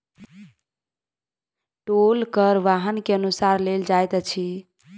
टोल कर वाहन के अनुसार लेल जाइत अछि